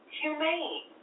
humane